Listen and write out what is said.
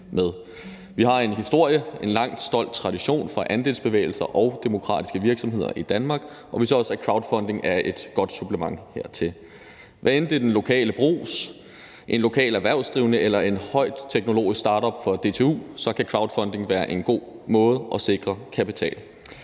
Vi har en historie, en lang, stolt tradition fra andelsbevægelsen og demokratiske virksomheder i Danmark, og vi ser også, at crowdfunding er et godt supplement hertil. Hvad enten det er den lokale brugs, en lokal erhvervsdrivende eller en højteknologisk startup fra DTU, kan crowdfunding være en god måde at sikre kapital